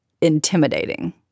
intimidating